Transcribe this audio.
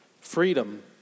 Freedom